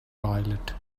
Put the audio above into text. toilet